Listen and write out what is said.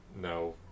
no